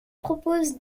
propose